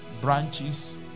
branches